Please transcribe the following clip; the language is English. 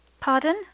Pardon